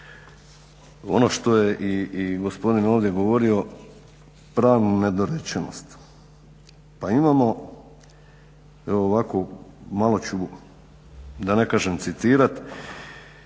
ono što je i gospodin ovdje govorio pravnu nedorečenost, pa imamo evo ovako malo ću da ne kažem citirati